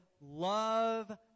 love